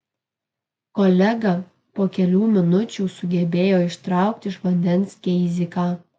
kolega po kelių minučių sugebėjo ištraukti iš vandens keiziką